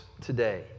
today